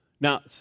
Now